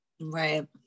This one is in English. Right